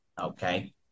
Okay